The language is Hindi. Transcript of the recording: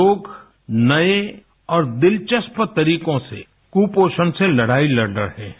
लोग नए और दिलचस्प तरीकों से कुपोषण से लड़ाई लड़ रहे हैं